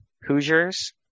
Hoosiers